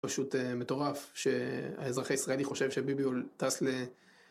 פשוט מטורף שהאזרח הישראלי חושב שביבי טס ל...